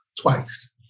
twice